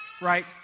right